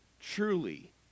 truly